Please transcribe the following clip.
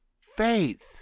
faith